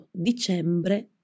dicembre